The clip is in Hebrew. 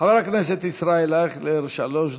חבר הכנסת ישראל אייכלר, שלוש דקות.